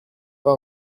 pas